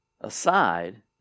aside